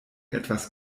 etwas